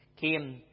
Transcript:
came